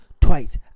twice